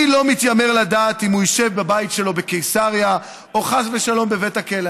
אני לא מתיימר לדעת אם הוא ישב בבית שלו בקיסריה או חס ושלום בבית הכלא,